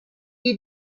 est